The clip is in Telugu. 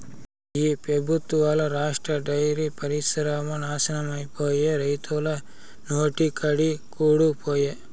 ఈ పెబుత్వంల రాష్ట్ర డైరీ పరిశ్రమ నాశనమైపాయే, రైతన్నల నోటికాడి కూడు పాయె